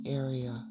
area